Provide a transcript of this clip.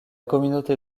communauté